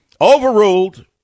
overruled